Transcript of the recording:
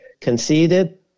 conceded